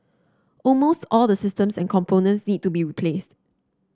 almost all the systems and components need to be replaced